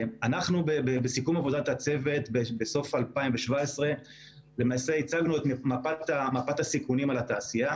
בסיכום עבודת הצוות בסוף 2017 הצגנו את מפת הסיכונים על התעשייה